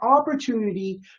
opportunity